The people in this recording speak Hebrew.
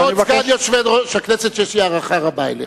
סגן יושב-ראש הכנסת, יש לי הערכה רבה אליך.